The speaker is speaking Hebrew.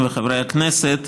חבריי השרים וחברי הכנסת,